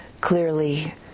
clearly